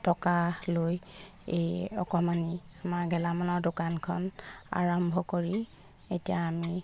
টকা লৈ এই অকণমানি আমাৰ গেলামালৰ দোকানখন আৰাম্ভ কৰি এতিয়া আমি